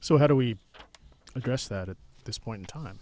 so how do we address that at this point in time